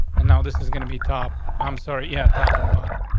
and now this is gonna be top. i'm sorry. yeah, top and bottom.